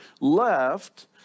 left